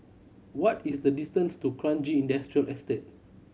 what is the distance to Kranji Industrial Estate